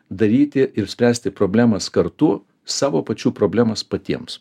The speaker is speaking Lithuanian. daryti ir spręsti problemas kartu savo pačių problemas patiems